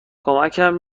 کمکم